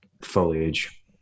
foliage